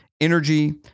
energy